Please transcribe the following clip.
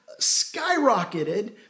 skyrocketed